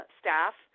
staff